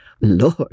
Lord